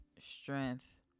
strength